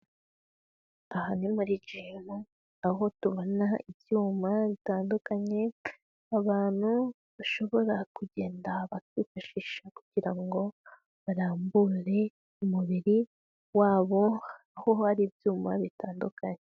Aha ni muri gym, aho tubona ibyuma bitandukanye abantu bashobora kugenda bakifashisha kugira ngo barambure umubiri wabo, aho hari ibyuma bitandukanye.